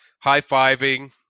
high-fiving